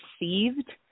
received